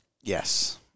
Yes